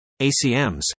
ACMs